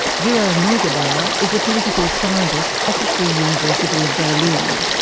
gero neugebauer is a political scientist at the free university of berlin.